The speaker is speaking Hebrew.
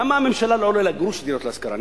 למה הממשלה לא עולה לה גרוש הדירות להשכרה?